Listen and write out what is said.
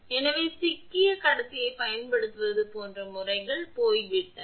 எனவே சிக்கிய கடத்தியைப் பயன்படுத்துவது போன்ற முறைகள் போய்விட்டன